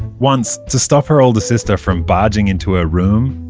once, to stop her older sister from barging into her room,